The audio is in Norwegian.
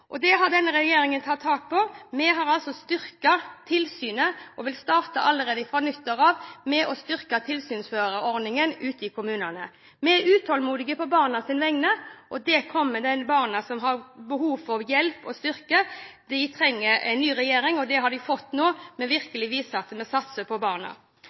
fosterhjem. Det har denne regjeringen tatt tak i. Vi har styrket tilsynet og vil allerede fra nyttår av starte med å styrke tilsynsførerordningen i kommunene. Vi er utålmodige på barnas vegne, og det kommer de barna som har behov for hjelp, til gode. De trengte en ny regjering, og det har de fått nå. Vi viser virkelig at vi satser på barna.